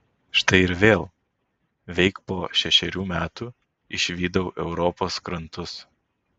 štai ir vėl veik po šešerių metų išvydau europos krantus